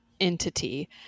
entity